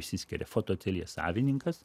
išsiskiria fotoateljė savininkas